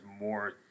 more